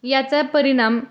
याचा परिणाम